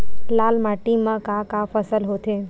लाल माटी म का का फसल होथे?